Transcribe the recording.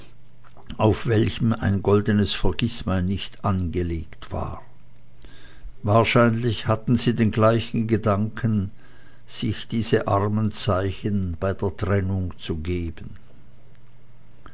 auf welchem ein goldenes vergißmeinnicht eingelegt war wahrscheinlich hatten sie den gleichen gedanken sich diese armen zeichen bei der trennung zu geben